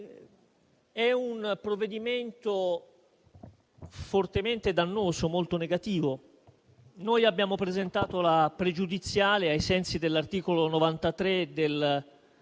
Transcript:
è un provvedimento fortemente dannoso e negativo. Noi abbiamo presentato la questione pregiudiziale, ai sensi dell'articolo 93 del